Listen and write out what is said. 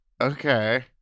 okay